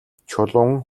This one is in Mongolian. чулуун